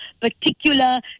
particular